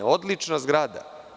Odlična zgrada.